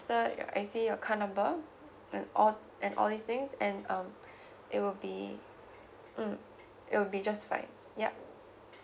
cert your I_C your car number and all and all these things and um it will be mm it will be just fine yup